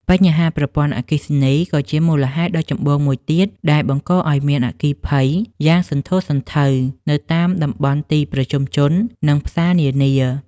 បញ្ហាប្រព័ន្ធអគ្គិសនីក៏ជាមូលហេតុដ៏ចម្បងមួយទៀត ដែលបង្កឱ្យមានអគ្គីភ័យយ៉ាងសន្ធោសន្ធៅនៅតាមតំបន់ទីប្រជុំជន និងផ្សារនានា។